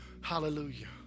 Hallelujah